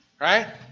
Right